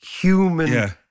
human